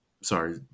Sorry